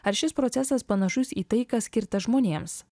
ar šis procesas panašus į tai kas skirta žmonėms